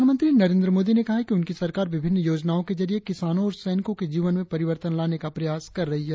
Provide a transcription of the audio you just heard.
प्रधानमंत्री नरेंद्र मोदी ने कहा है कि उनकी सरकार विभिन्न योजनाओं के जरिए किसानों और सैनिकों के जीवन में परिवर्तन लाने का प्रयास कर रही है